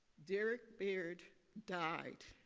derrick beard died